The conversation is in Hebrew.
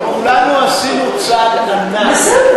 כולנו עשינו צעד ענק,